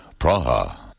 Praha